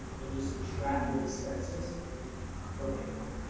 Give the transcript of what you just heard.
and you subtract their expenses from the account.